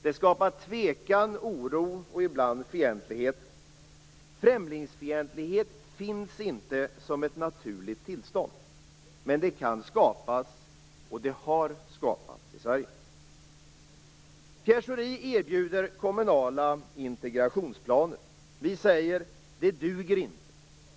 Det skapar tvekan, oro och ibland fientlighet. Främlingsfientlighet finns inte som ett naturligt tillstånd, men det kan skapas och det har skapats i Pierre Schori erbjuder kommunala integrationsplaner. Vi säger: Det duger inte.